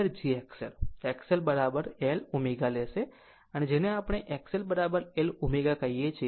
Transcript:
આમ તે ખરેખર jXL XLL ω લેશે આ તે છે જેને આપણે XLL ω કહીએ છીએ